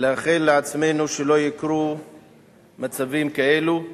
ולאחל לעצמנו שלא יקרו מצבים כאלה.